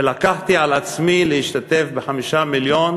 ולקחתי על עצמי להשתתף ב-5 מיליון,